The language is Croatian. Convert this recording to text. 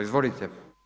Izvolite.